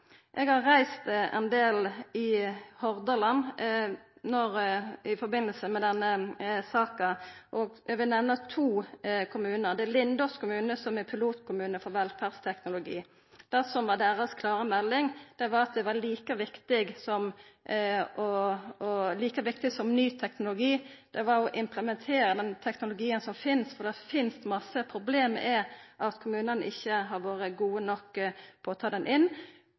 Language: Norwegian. Eg har reist ein del i Hordaland i samband med denne saka, og eg vil nemna to kommunar. Den eine er Lindås, som er pilotkommune for velferdsteknologi. Deira klare melding var at like viktig som ny teknologi var å implementera den teknologien som finst – for det finst mykje. Problemet er at kommunane ikkje har vore gode nok til å ta han inn.